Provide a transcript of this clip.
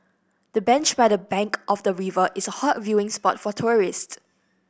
the bench by the bank of the river is a hot viewing spot for tourists